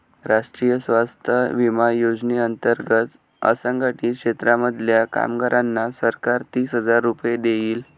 राष्ट्रीय स्वास्थ्य विमा योजने अंतर्गत असंघटित क्षेत्रांमधल्या कामगारांना सरकार तीस हजार रुपये देईल